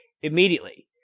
immediately